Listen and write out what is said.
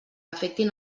afectin